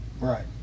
Right